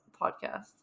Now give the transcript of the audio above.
podcast